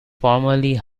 formerly